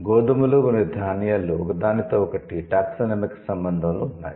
గోధుమలు మరియు ధాన్యాలు ఒకదానితో ఒకటి 'టాక్సానమిక్' సంబంధంలో ఉన్నాయి